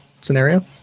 scenario